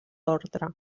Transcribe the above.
ordre